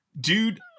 dude